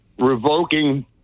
revoking